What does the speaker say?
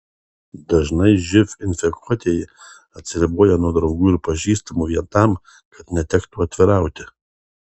dažnai živ infekuotieji atsiriboja nuo draugų ir pažįstamų vien tam kad netektų atvirauti